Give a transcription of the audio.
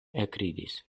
ekridis